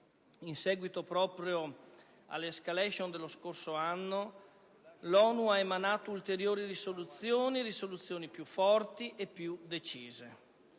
in seguito all'*escalation* dello scorso anno, l'ONU ha emanato ulteriori risoluzioni, più forti e più decise,